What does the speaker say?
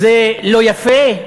זה לא יפה?